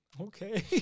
Okay